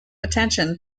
attention